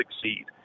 succeed